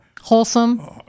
Wholesome